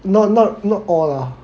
not not not all lah